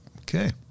Okay